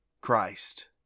Christ